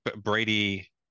Brady